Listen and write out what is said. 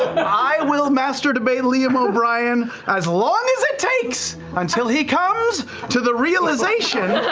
and i will master debate liam o'brien as long as it takes until he comes to the realization